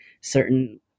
certain